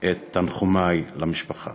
את תנחומי למשפחה.